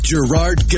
Gerard